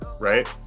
right